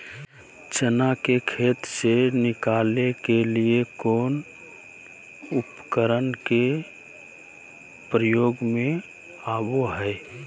चना के खेत से निकाले के लिए कौन उपकरण के प्रयोग में आबो है?